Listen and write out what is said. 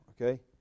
okay